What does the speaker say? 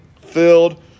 filled